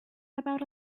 about